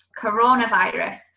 Coronavirus